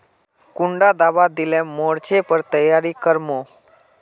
कुंडा दाबा दिले मोर्चे पर तैयारी कर मो?